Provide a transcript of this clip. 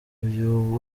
uyu